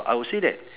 I will say that